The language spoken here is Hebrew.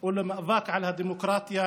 או למאבק על הדמוקרטיה